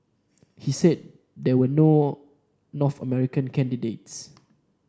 he said there were no North American candidates